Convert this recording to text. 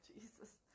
Jesus